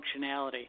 functionality